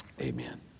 amen